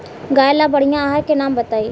गाय ला बढ़िया आहार के नाम बताई?